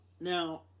Now